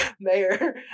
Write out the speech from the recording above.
mayor